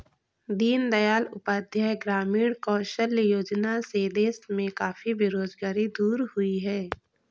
दीन दयाल उपाध्याय ग्रामीण कौशल्य योजना से देश में काफी बेरोजगारी दूर हुई है